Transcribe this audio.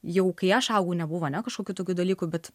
jau kai aš augau nebuvo ane kažkokių tokių dalykų bet